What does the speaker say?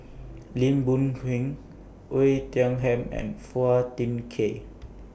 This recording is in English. Lim Boon Heng Oei Tiong Ham and Phua Thin Kiay